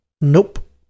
Nope